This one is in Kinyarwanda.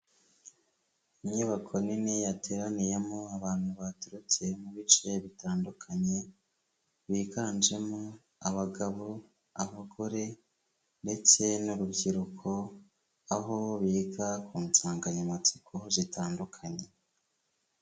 Inyubako nini yateraniyemo abantu baturutse mu bice bitandukanye, biganjemo abagabo, abagore ndetse n'urubyiruko, aho biga ku nsanganyamatsiko zitandukanye.